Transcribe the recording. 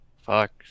Fuck